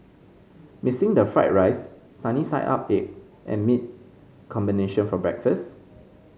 missing the fried rice sunny side up egg and meat combination for breakfast